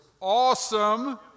awesome